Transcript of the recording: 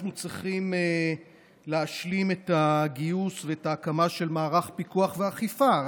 אנחנו צריכים להשלים את הגיוס ואת ההקמה של מערך פיקוח ואכיפה.